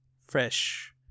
Fresh